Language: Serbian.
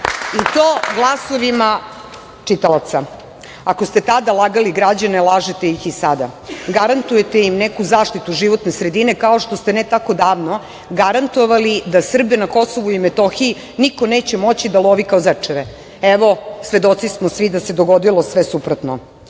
i to glasovima čitalaca. Ako ste tada lagali građane, lažete ih i sada. Garantujete im neku zaštitu životne sredine, kao što ste ne tako davno garantovali da Srbe na KiM niko neće moći da lovi kao zečeve. Evo, svedoci smo svi da se dogodilo sve suprotno.